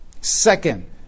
Second